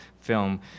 film